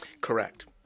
Correct